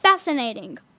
Fascinating